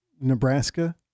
Nebraska